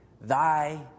Thy